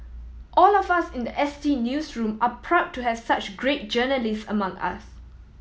all of us in the S T newsroom are proud to have such great journalist among us